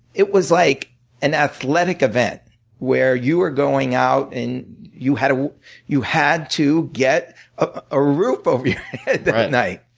it was like an athletic event where you're going out and you had ah you had to get a roof over your head that night.